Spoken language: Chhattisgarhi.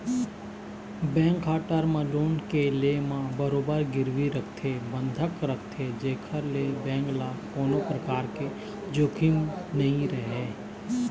बेंक ह टर्म लोन के ले म बरोबर गिरवी रखथे बंधक रखथे जेखर ले बेंक ल कोनो परकार के जोखिम नइ रहय